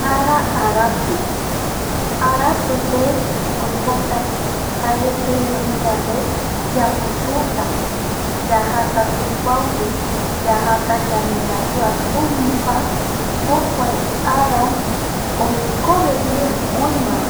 Ara arapɨ aratu pe oipota jae jei oiyande yapututa yajata tupao pe, yajata yandemaendue jokuae ara oikobe ye oibae